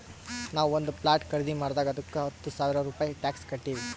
ನಾವು ಒಂದ್ ಪ್ಲಾಟ್ ಖರ್ದಿ ಮಾಡಿದಾಗ್ ಅದ್ದುಕ ಹತ್ತ ಸಾವಿರ ರೂಪೆ ಟ್ಯಾಕ್ಸ್ ಕಟ್ಟಿವ್